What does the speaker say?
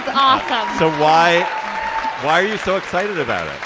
off. so why why are you so excited about it.